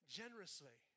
generously